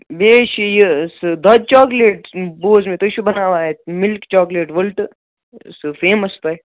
بیٚیہِ چھِ یہِ سُہ دۄدٕ چاکلیٹ بوٗز مےٚ تُہۍ چھُو بَناوان اَتہِ مِلک چاکلیٹ وٕلٹہٕ سُہ فیمَس تۄہہِ